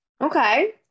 okay